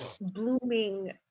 blooming